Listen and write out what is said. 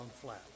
flat